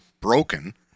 broken